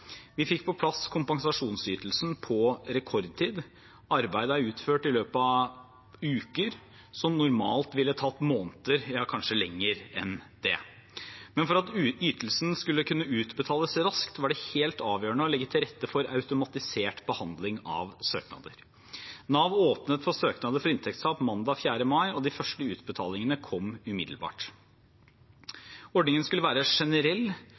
Vi fikk på plass kompensasjonsytelsen på rekordtid. Arbeid er utført i løpet av uker, som normalt ville tatt måneder, ja, kanskje lenger enn det. Men for at ytelsen skulle kunne utbetales raskt, var det helt avgjørende å legge til rette for automatisert behandling av søknader. Nav åpnet for søknader for inntektstap mandag 4. mai, og de første utbetalingene kom umiddelbart. Ordningen skulle være generell